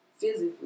physically